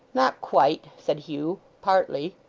not quite said hugh. partly.